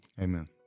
Amen